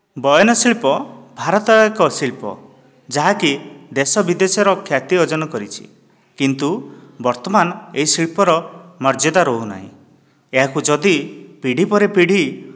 ବୟନ ଶିଳ୍ପ ଭାରତର ଏକ ଶିଳ୍ପ ଯାହାକି ଦେଶ ବିଦେଶର ଖ୍ୟାତି ଅର୍ଜନ କରିଛି କିନ୍ତୁ ବର୍ତ୍ତମାନ ଏହି ଶିଳ୍ପର ମର୍ଯ୍ୟାଦା ରହୁନାହିଁ ଏହାକୁ ଯଦି ପିଢ଼ି ପରେ ପିଢ଼ି